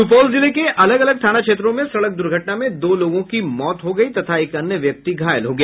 सुपौल जिले के अलग अलग थाना क्षेत्रों में संड़क दुर्घटना में दो लोगों की मौत हो गयी तथा एक अन्य व्यक्ति घायल हो गया